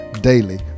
Daily